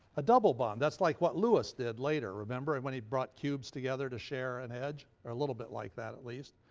a double bond. that's like what lewis did later remember and when he brought cubes together to share an edge or a little bit like that at least.